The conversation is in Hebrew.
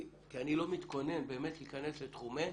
כי אני לא מתכונן באמת להיכנס לתחומי